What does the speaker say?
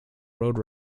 road